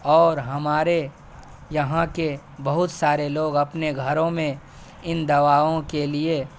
اور ہمارے یہاں کے بہت سارے لوگ اپنے گھروں میں ان دواؤں کے لیے